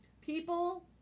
people